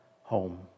home